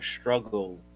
struggle